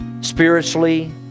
spiritually